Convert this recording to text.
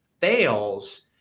fails